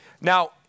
Now